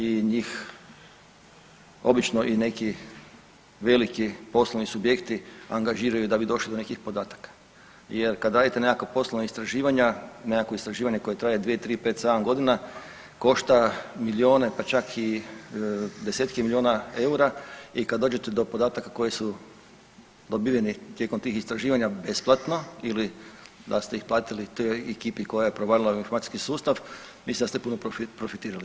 I njih obično i neki veliki poslovni subjekti angažiraju da bi došli do nekih podataka jer kad radite nekakva poslovna istraživanja, nekakvo istraživanje koje traje 2, 3, 5, 7 godina košta miliona pa čak i desetke miliona EUR-a i kad dođete do podataka koji su dobiveni tijekom tih istraživanja besplatno ili da ste ih platili toj ekipi koja je provalila u informacijski sustav mislim da ste puno profitirali.